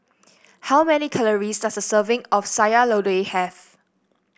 how many calories does a serving of Sayur Lodeh have